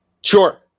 Sure